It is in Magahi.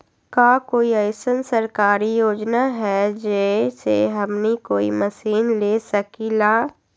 का कोई अइसन सरकारी योजना है जै से हमनी कोई मशीन ले सकीं ला?